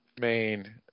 main